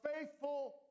faithful